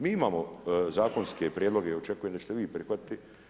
Mi imamo zakonske prijedloge i očekujem da ćete vi prihvatiti.